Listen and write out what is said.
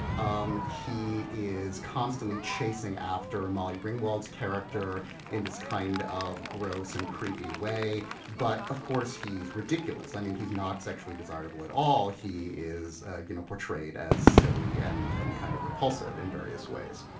um he is constantly chasing after molly ringwald s character in this kind of gross and creepy way. but of course he's ridiculous. i mean, he's not sexually desirable at all. he is, ah you know, portrayed as silly and and kind of repulsive in various ways.